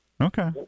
Okay